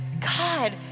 God